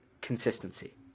consistency